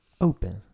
open